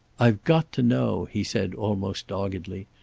i've got to know, he said, almost doggedly.